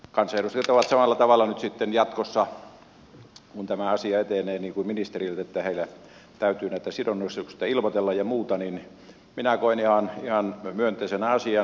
kansanedustajien täytyy nyt sitten jatkossa kun tämä asia etenee samalla tavalla kuin ministerien näistä sidonnaisuuksista ilmoitella ja muuta minkä minä koen ihan myönteisenä asiana